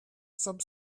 some